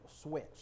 switch